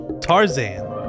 Tarzan